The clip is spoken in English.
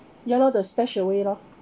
ya lor the stashed away lor